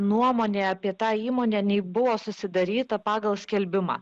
nuomonė apie tą įmonę nei buvo susidaryta pagal skelbimą